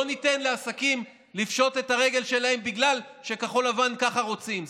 לא ניתן לעסקים לפשוט את הרגל שלהם בגלל שכחול לבן רוצים ככה,